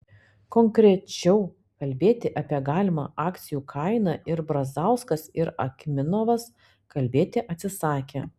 konkrečiau kalbėti apie galimą akcijų kainą ir brazauskas ir akimovas kalbėti atsisakė